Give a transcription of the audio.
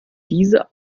diese